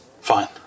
Fine